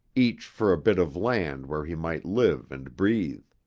each for a bit of land where he might live and breathe.